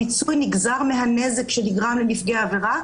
הפיצוי נגזר מהנזק שנגרם לנפגעי עבירה,